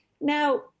Now